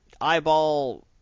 eyeball